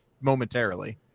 momentarily